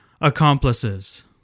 accomplices